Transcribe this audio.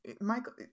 Michael